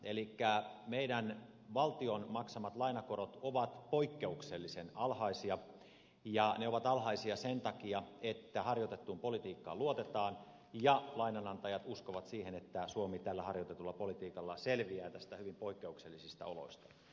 elikkä meidän valtion maksamat lainakorot ovat poikkeuksellisen alhaisia ja ne ovat alhaisia sen takia että harjoitettuun politiikkaan luotetaan ja lainanantajat uskovat siihen että suomi tällä harjoitetulla politiikalla selviää näistä hyvin poikkeuksellisista oloista